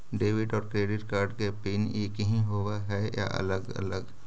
Debit और credit card के pin एकही होव हइ या अलग अलग?